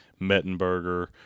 Mettenberger